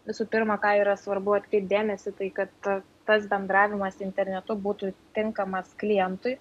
visų pirma ką yra svarbu atkreipt dėmesį tai kad tas bendravimas internetu būtų tinkamas klientui